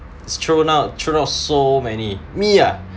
it's true and out turn out so many me ah